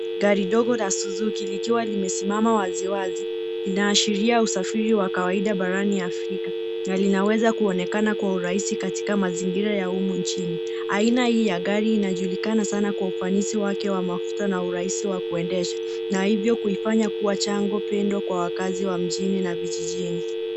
Gari dogo la suzuki likiwa limesimama wazi wazi, inaashiria usafiri wa kawaida barani afrika. Na linaweza kuonekana kwa urahisi katika mazingira ya humu nchini. Aina hii ya gari inajulikana sana kwa ufanisi wake wa mafuta na urahisi wake wa kuendesha. Na hivyo kuifanya kuwa chango pendwa kwa wakazi wa mjini na vijijini.